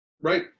Right